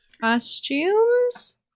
Costumes